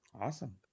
Awesome